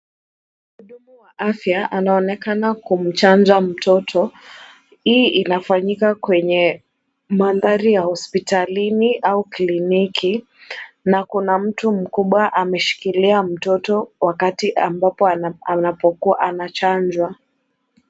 Mhudumu wa afya anaonekana kumchanja mtoto. Hii inafanyika kwenye mandhari ya hospitalini au kliniki na kuna mtu mkubwa ameshikilia mtoto wakati ambapo anapokuwa anachanjwa.